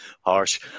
Harsh